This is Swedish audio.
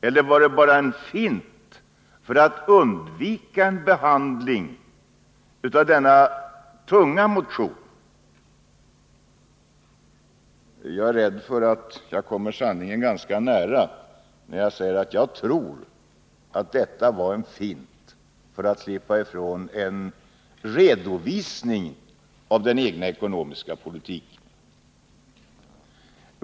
Eller var det bara en fint för att undvika en behandling av denna tunga motion? Jag är rädd för att jag kommer sanningen ganska nära när jag säger, att jag tror att detta var en fint för att slippa ifrån en redovisning av den egna ekonomiska politiken.